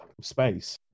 space